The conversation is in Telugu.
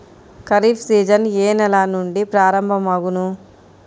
ఖరీఫ్ సీజన్ ఏ నెల నుండి ప్రారంభం అగును?